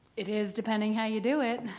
it is depending how you do it.